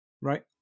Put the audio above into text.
right